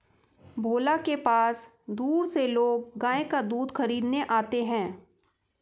भोला के पास दूर से लोग गाय का दूध खरीदने आते हैं